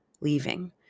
leaving